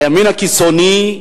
הימין הקיצוני,